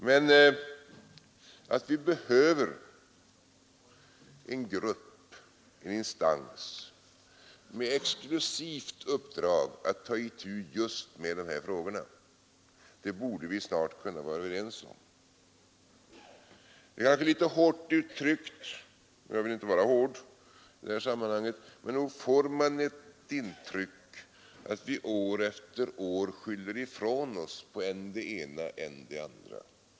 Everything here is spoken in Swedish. Men att vi behöver en grupp och en instans med exklusivt uppdrag att ta itu med just de här frågorna borde vi snart vara överens om. Jag vill inte uttrycka mig hårt i det här sammanhanget, men nog får man ett intryck av att vi år efter år skyller ifrån oss på än det ena, än det andra.